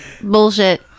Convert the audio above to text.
Bullshit